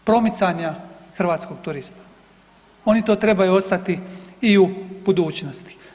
Promicanja hrvatskog turizma, oni to trebaju ostati i u budućnosti.